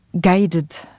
guided